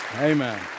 Amen